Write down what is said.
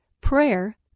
Prayer